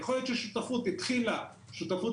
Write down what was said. יכול להיות ששותפות התחילה שותפות